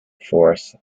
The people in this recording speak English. force